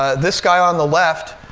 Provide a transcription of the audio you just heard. this guy on the left,